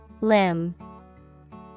Limb